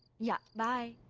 yeah, bye.